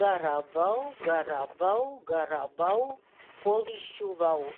garavau garavau garavau kol išdžiūvau